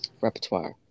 repertoire